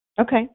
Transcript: Okay